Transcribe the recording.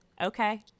okay